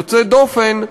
יוצאת דופן,